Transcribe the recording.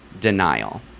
denial